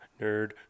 Nerd